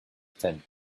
tent